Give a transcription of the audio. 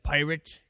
Pirate